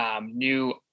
new